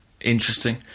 interesting